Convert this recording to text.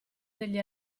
degli